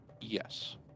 yes